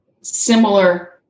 similar